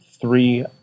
three